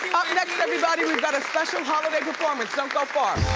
up next everybody we've got a special holiday performance. don't go far.